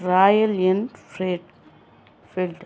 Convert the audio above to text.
Royal Enfield